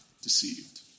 deceived